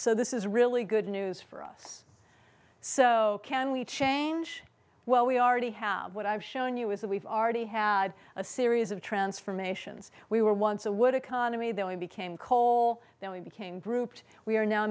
so this is really good news for us so can we change well we already have what i've shown you is that we've already had a series of transformations we were once a wood economy that we became coal then we became grouped we are now